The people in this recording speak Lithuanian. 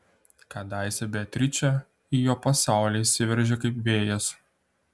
kadaise beatričė į jo pasaulį įsiveržė kaip vėjas